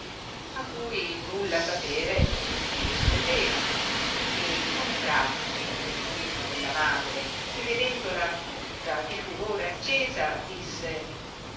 a cui nulla sapere tutti rispondevano e contratosi guerrino nella madre e vedendola tutta di furore accesa disse